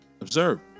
observe